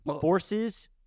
forces